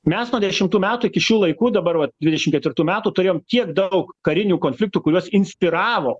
mes nuo dešimtų metų iki šių laikų dabar vat dvidešimt ketvirtų metų turėjom tiek daug karinių konfliktų kuriuos inspiravo